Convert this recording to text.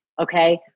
okay